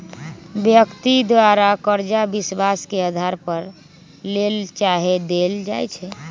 व्यक्ति द्वारा करजा विश्वास के अधार पर लेल चाहे देल जाइ छइ